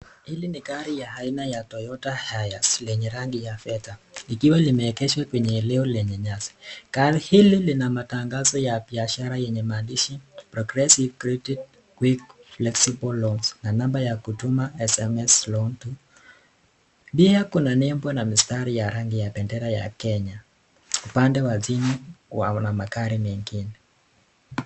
Hili ni gari ya aina ya Toyota Hiace lenye rangi ya feza, likiwa limeegeshwa kwenye eneo lenye nyasi. Gari hili lina matangazo ya biashara yenye maandishi Progressive credit, quick flexible loans na namba ya kutuma SMS loan to . Pia kuna nembo na mistari ya rangi ya bendera ya Kenya. Upande wa chini kuna magari mengine.